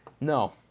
no